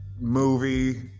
movie